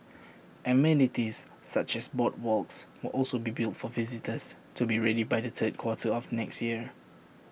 amenities such as boardwalks will also be built for visitors to be ready by the third quarter of next year